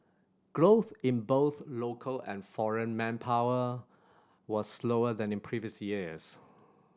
growth in both local and foreign manpower was slower than in previous years